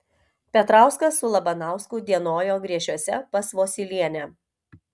petrauskas su labanausku dienojo griešiuose pas vosylienę